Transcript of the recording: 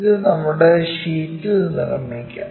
ഇത് നമ്മുടെ ഷീറ്റിൽ നിർമ്മിക്കാം